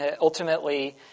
Ultimately